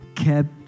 kept